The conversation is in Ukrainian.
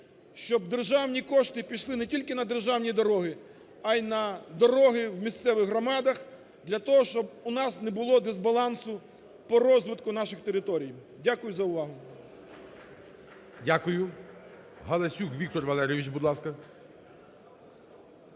щоб державні кошти пішли не тільки на державні дороги, а й на дороги в місцевих громадах для того, щоб у нас не було дисбалансу по розвитку наших територій. Дякую за увагу. ГОЛОВУЮЧИЙ. Дякую. Галасюк Віктор Валерійович, будь ласка.